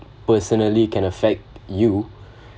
personally can affect you